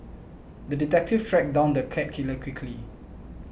the detective tracked down the cat killer quickly